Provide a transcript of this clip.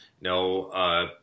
no